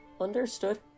Understood